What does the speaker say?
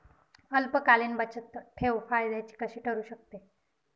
अल्पकालीन बचतठेव फायद्याची कशी ठरु शकते?